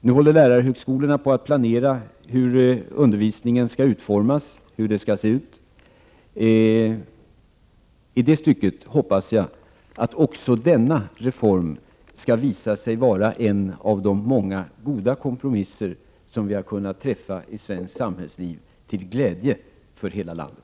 och lärarhögskolorna håller på att planera hur undervisningen skall utformas. I det stycket hoppas jag att också denna reform skall visa sig vara en av de många goda kompromisser som vi har kunnat träffa i svenskt samhällsliv till glädje för hela landet.